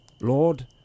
Lord